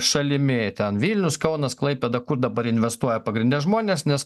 šalimi ten vilnius kaunas klaipėda kur dabar investuoja pagrinde žmonės nes